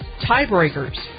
Tiebreakers